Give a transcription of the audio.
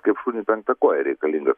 kaip šuniui penkta koja reikalinga